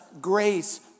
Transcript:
grace